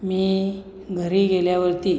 मी घरी गेल्यावरती